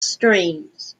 streams